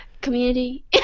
community